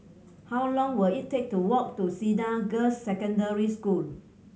how long will it take to walk to Cedar Girls' Secondary School